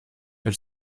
elle